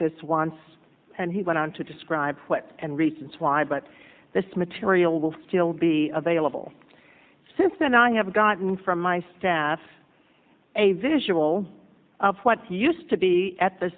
this once and he went on to describe and reasons why but this material will still be available since then i have gotten from my staff a visual of what used to be at the